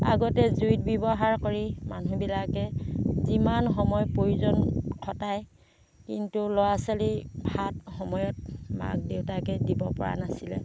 আগতে জুইত ব্যৱহাৰ কৰি মানুহবিলাকে যিমান সময় প্ৰয়োজন খটায় কিন্তু ল'ৰা ছোৱালী ভাত সময়ত মাক দেউতাকে দিব পৰা নাছিলে